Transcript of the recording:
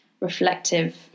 reflective